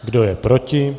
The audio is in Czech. Kdo je proti?